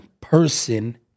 person